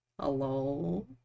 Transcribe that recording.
Hello